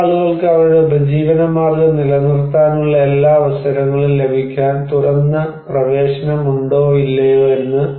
ചില ആളുകൾക്ക് അവരുടെ ഉപജീവനമാർഗ്ഗം നിലനിർത്താനുള്ള എല്ലാ അവസരങ്ങളും ലഭിക്കാൻ തുറന്ന പ്രവേശനമുണ്ടോ ഇല്ലയോ എന്ന്